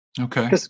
Okay